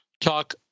talk